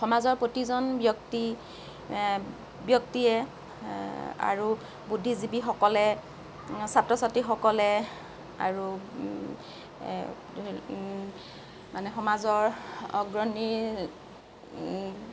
সমাজৰ প্ৰতিজন ব্যক্তি ব্যক্তিয়ে আৰু বুদ্ধিজীৱীসকলে ছাত্ৰ ছাত্ৰীসকলে আৰু মানে সমাজৰ অগ্ৰণী